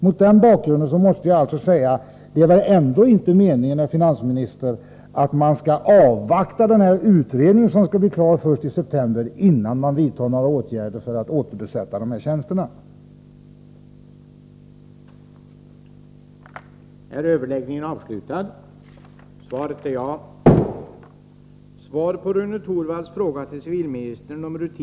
Mot denna bakgrund måste jag fråga: Det är väl inte meningen, herr finansminister, att man skall avvakta den utredning som skall bli klar först i september, innan man vidtar några åtgärder för att återbesätta tjänsterna i fråga?